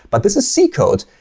but this is c code.